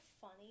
funny